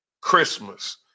Christmas